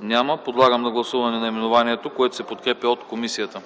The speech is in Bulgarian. Няма. Подлагам на гласуване наименованието, което се подкрепя от комисията.